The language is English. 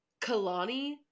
Kalani